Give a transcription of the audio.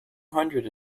hundred